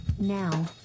Now